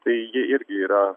tai jie irgi yra